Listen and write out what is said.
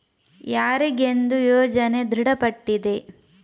ಯಾರಿಗೆಂದು ಯೋಜನೆ ದೃಢಪಟ್ಟಿದೆ?